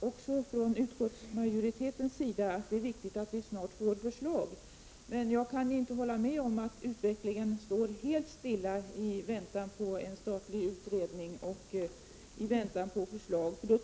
Herr talman! Det arbetet får inte de resurser som behövs. Mycket av detta arbete görs rent ideellt på fritiden. Vi behöver således slå fast att dessa aktiviteter är en etablerad del av svensk hälsooch sjukvård.